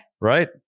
Right